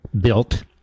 built